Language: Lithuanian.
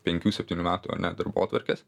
penkių septynių metų ane darbotvarkės